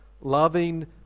loving